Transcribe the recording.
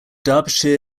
derbyshire